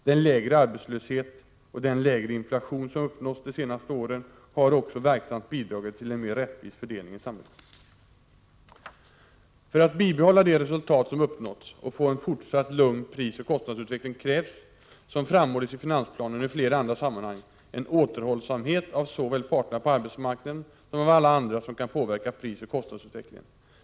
Den lägre arbetslöshet och den lägre inflation som uppnåtts de senaste åren har också verksamt bidragit till en mer rättvis fördelning i samhället.” För att bibehålla de resultat som uppnåtts och få en fortsatt lugn prisoch kostnadsutveckling krävs, som framhållits i finansplanen och i flera andra sammanhang, en återhållsamhet såväl av parterna på arbetsmarknaden som av alla andra som kan påverka prisoch kostnadsutvecklingen.